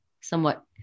somewhat